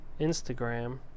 Instagram